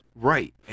Right